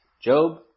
Job